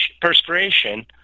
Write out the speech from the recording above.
perspiration